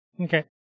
Okay